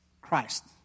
Christ